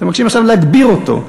אתם מבקשים עכשיו להגביר אותו,